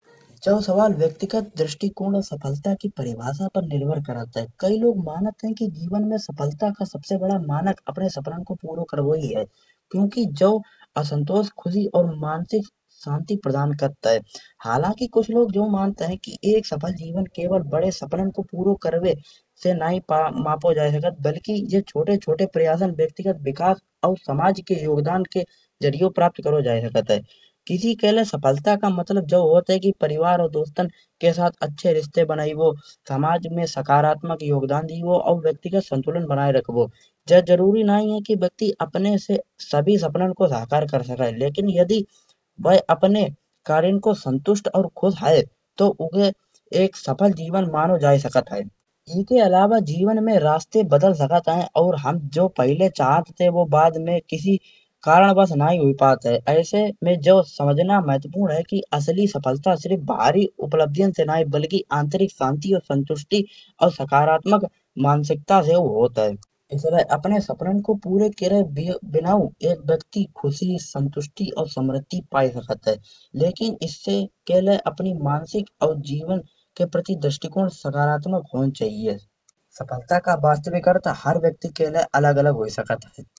जब सवाल व्यक्तिगत दृष्टिकोण सफलता की परिभाषा पर निर्भर करता है कई लोग मानते हैं। कि जीवन में सफलता का सबसे बड़ा मानक अपने सपनों के पूरे करबो ही है। क्योंकि यो असंतोष खुशी और मानसिक शांति प्रदान करात है हालांकि कुछ लोग जो मानते हैं। कि एक सफल जीवन केवल बड़े सपनों को पूरा करबे से नई मापो जा सकत। बल्कि यह छोटे छोटे प्रयासन व्यक्तिगत विकास और समाज के जरिए प्राप्त करों जाए सकत है। किसी के लिए सफलता को मतलब जो होत है कि परिवार और दोस्तों के साथ अच्छे रिश्ते बनाइबो समाज में सकारात्मक योगदान दाइबो,। और व्यक्तिगत संतुलन बनाए रखबो जा जरूरी नई है के सभी सपनों को साकार कर सके। यदि वे अपने कारण को संतुष्ट और खुश हैं तो उम एक सफल जीवन मानों जाए सकत है। इके इलावा जीवन में रास्ते बदल सकत हैं और जो हम पहले चाहत। ते वे हम बाद में किसी कारण बस नई हुई पात है ऐसे में जो समझना महत्वपूर्ण है। कि सफलता सिर्फ भारी उपलब्धियों से नई आंतरिक शक्ति और संतुष्टि और सकारात्मक मानसिकताओं ए होत है। यह अपने सपनों को पूरा करे बिना एक व्यक्ति संतुष्टि और समृद्धि पाए सकत ह। लेकिन इसे कहले अपनी मानसिक और जीवन के प्रति दृष्टिकोण सकारात्मक होन चाहिए सफलता का वास्तविक अर्थ हर व्यक्ति के लिए अलग अलग हुई सकत है।